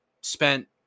spent